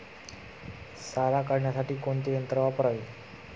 सारा काढण्यासाठी कोणते यंत्र वापरावे?